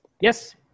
yes